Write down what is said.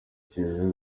kiliziya